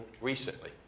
recently